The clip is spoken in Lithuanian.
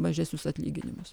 mažesnius atlyginimus